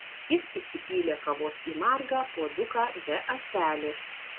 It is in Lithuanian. jis įsipylė kavos į margą puoduką be ąselės